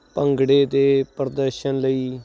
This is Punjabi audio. ਭੰਗੜੇ ਤੇ ਪ੍ਰਦਰਸ਼ਨ ਲਈ